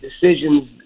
decisions